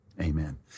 Amen